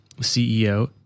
CEO